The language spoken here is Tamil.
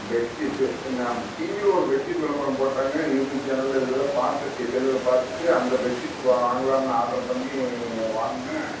பெட்ஷீட்டு நான் டிவியில் ஒரு பெட்ஷீட் விளம்பரம் போட்டாங்க யூடியூப் சேனலில் இது எல்லாம் பார்த்துட்டு செல்லில் பார்த்துட்டு அந்த பெட்ஷீட்டு இப்போ வாங்கலாம்னு ஆர்ட்ரு பண்ணி வாங்கினேன்